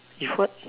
if what